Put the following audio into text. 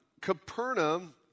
Capernaum